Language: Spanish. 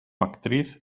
actriz